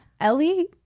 ellie